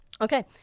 Okay